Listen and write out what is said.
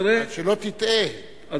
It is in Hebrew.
שלא תטעה,